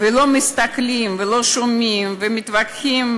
ולא מסתכלים, ולא שומעים, ומתווכחים